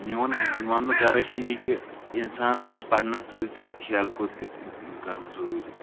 میون وَننُک غرٕض چھِ یہِ کہِ اِنسانَس پَزِ پرنَس سۭتۍ سۭتۍ کھیل کوٗد تِہ کَرُن ضٔروٗری